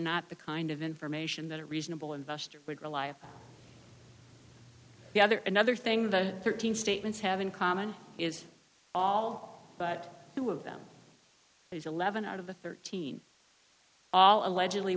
not the kind of information that a reasonable investor would rely upon the other another thing that thirteen statements have in common is all but two of them eleven out of the thirteen all allegedly